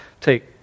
take